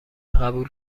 قبول